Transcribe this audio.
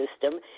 system